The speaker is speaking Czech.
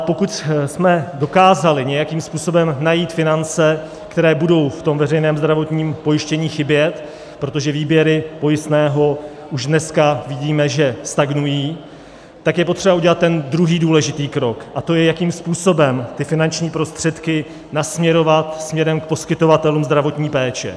Pokud jsme ale dokázali nějakým způsobem najít finance, které budou v tom veřejném zdravotním pojištění chybět, protože výběry pojistného, jak už dneska vidíme, stagnují, tak je potřeba udělat ten druhý důležitý krok, a to je, jakým způsobem ty finanční prostředky nasměrovat k poskytovatelům zdravotní péče.